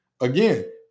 again